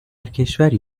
کشوری